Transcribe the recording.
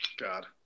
God